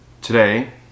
today